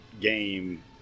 game